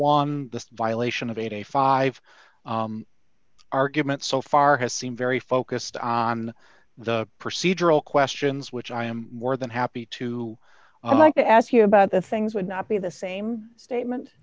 one violation of eighty five argument so far has seemed very focused on the procedural questions which i am more than happy to i like to ask you about the things would not be the same statement